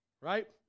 Right